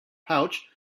pouch